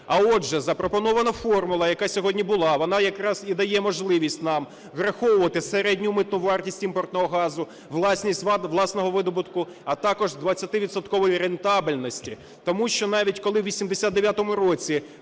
А отже, запропонована формула, яка сьогодні була, вона якраз і дає можливість нам враховувати середню митну вартість імпортного газу, власного видобутку, а також 22-відсоткової рентабельності. Тому що навіть, коли у 89-му році